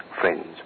friends